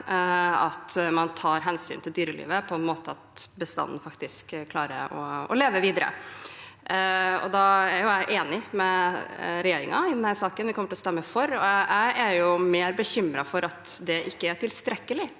at man tar hensyn til dyrelivet på en sånn måte at bestanden faktisk klarer å leve videre. Da er jeg enig med regjeringen i denne saken, og vi kommer til å stemme for. Jeg er mer bekymret for at dette ikke er tilstrekkelig.